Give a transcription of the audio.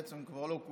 בעצם כבר לא,